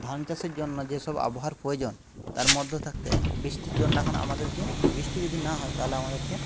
ধান চাষের জন্য যেসব আবহাওয়ার প্রয়োজন তার মধ্যে থাকতে বৃষ্টির জন্য এখন আমাদেরকে বৃষ্টি যদি না হয় তাহলে আমাদেরকে